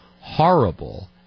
horrible